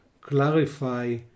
clarify